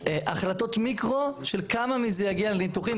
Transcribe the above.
החלטות מיקרו של כמה מזה יגיע לניתוחים,